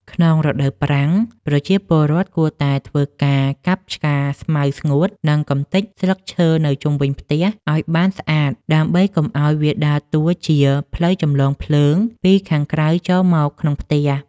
ក្នុងរដូវប្រាំង ប្រជាពលរដ្ឋគួរតែធ្វើការកាប់ឆ្ការស្មៅស្ងួត និងកម្ទេចស្លឹកឈើនៅជុំវិញផ្ទះឱ្យបានស្អាត ដើម្បីកុំឱ្យវាដើរតួជា ផ្លូវចម្លងភ្លើង ពីខាងក្រៅចូលមកក្នុងផ្ទះ។